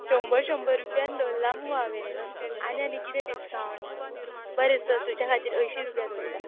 शंबर शंबर रुपयान धल्लां मुगो हांवें आनी आनी किदें डिसकावंट बरें चल तुज्या खातीर अंयशीं रुपया दवरता